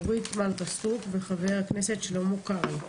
אורית מלכה סטרוק וחבר הכנסת שלמה קרעי.